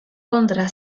kontra